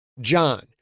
John